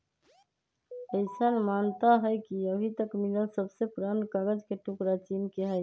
अईसन मानता हई कि अभी तक मिलल सबसे पुरान कागज के टुकरा चीन के हई